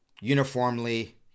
uniformly